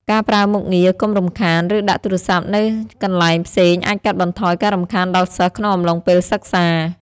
ការប្រើមុខងារ "កុំរំខាន" ឬដាក់ទូរសព្ទនៅកន្លែងផ្សេងអាចកាត់បន្ថយការរំខានដល់សិស្សក្នុងអំឡុងពេលសិក្សា។